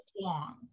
long